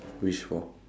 wish for